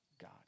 God